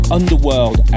Underworld